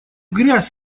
грязь